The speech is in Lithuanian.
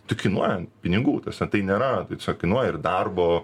tai kainuoja pinigų tiesa tai nėra tasme kainuoja ir darbo